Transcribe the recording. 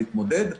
להתמודד.